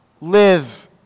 live